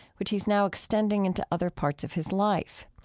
which he's now extending into other parts of his life.